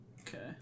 Okay